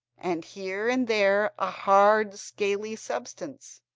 and here and there a hard scaly substance